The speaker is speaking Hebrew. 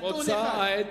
נתון אחד, המוצא האתני.